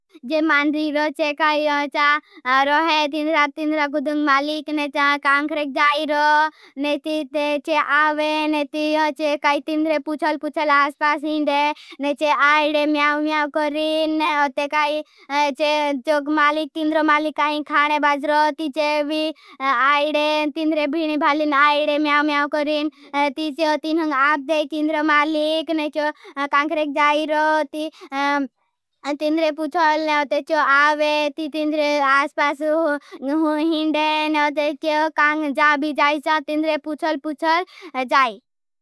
मालिक पुछल पुछल आसपास हिंदे। आईडे म्याओ म्याओ करिं, तिंद्र मालिक आईं खाने बाज रोती चेवी। आईडे पुछल पुछल आसपास हिंदे। आईडे म्याओ म्याओ करिन। तिंद्र मालिक पुछल पुछल आसपास हिंदे। आईडे म्याओ म्याओ कर रोती चेवी। आईडे पुछल पुछल आसपास हिंदे। तिंद्र मालिक पुछल पुछल जाएं।